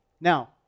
Now